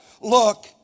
look